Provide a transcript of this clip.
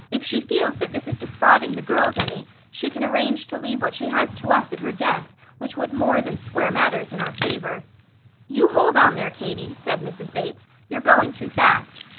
if she feels that this is defrauding the girls any, she can arrange to leave what she has to us at her death, which would more than square matters in our favour you hold on there, katie, said mrs. bates. you're going too fast!